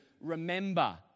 Remember